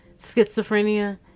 schizophrenia